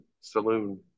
Saloon